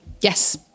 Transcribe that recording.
Yes